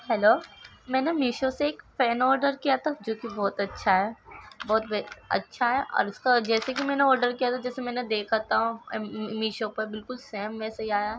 hello میں نے میشو سے ایک فین آرڈر کیا تھا جو کہ بہت اچھا ہے بہت اچھا ہے اور اس کا جیسے کہ میں نے آرڈر کیا تھا جیسا میں نے دیکھا تھا میشو پر بالکل سیم ویسے ہی آیا